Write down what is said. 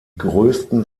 größten